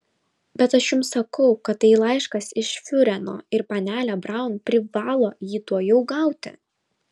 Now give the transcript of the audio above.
bet aš jums sakau kad tai laiškas iš fiurerio ir panelė braun privalo jį tuojau gauti